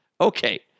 Okay